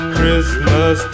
Christmas